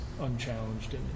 unchallenged